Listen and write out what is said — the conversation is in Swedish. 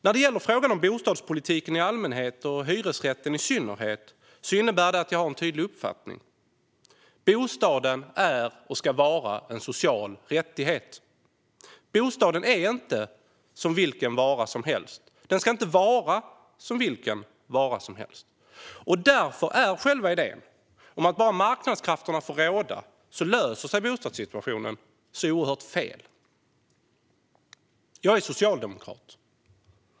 När det gäller bostadspolitiken i allmänhet och hyresrätten i synnerhet har jag en tydlig uppfattning. Bostaden är och ska vara en social rättighet. Bostaden är inte vilken vara som helst. Den ska inte vara som vilken vara som helst. Därför är själva idén om att om bara marknadskrafterna får råda så löser sig bostadssituationen så oerhört fel. Jag är socialdemokrat.